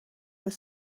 were